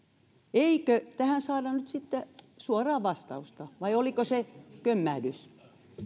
eikö tähän saadaan nyt sitten suoraa vastausta vai oliko se kömmähdys